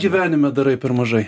gyvenime per mažai